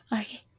okay